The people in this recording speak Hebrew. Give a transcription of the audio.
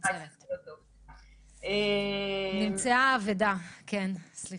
נכנס לשום חדר ישיבות ובודק אם כן או לא שמים